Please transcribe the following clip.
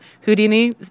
Houdini